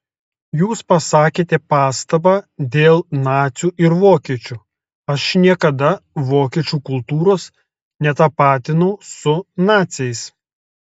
jūs pasakėte pastabą dėl nacių ir vokiečių aš niekada vokiečių kultūros netapatinau su naciais